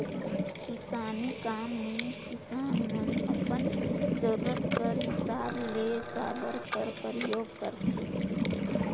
किसानी काम मे किसान मन अपन जरूरत कर हिसाब ले साबर कर परियोग करथे